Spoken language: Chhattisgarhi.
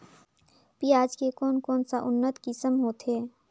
पियाज के कोन कोन सा उन्नत किसम होथे?